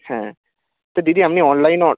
হ্যাঁ তো দিদি আপনি অনলাইন